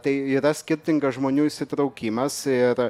tai yra skirtingas žmonių įsitraukimas ir